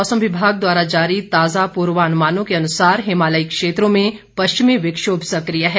मौसम विभाग द्वारा जारी ताजा पूर्वानुमानों के अनुसार हिमालयी क्षेत्रों में पश्चिमी विक्षोभ सक्रिय है